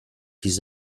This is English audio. his